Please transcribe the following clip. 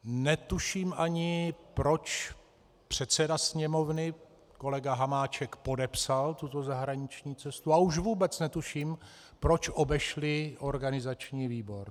Netuším ani, proč předseda Sněmovny kolega Hamáček podepsal tuto zahraniční cestu, a už vůbec netuším, proč obešli organizační výbor.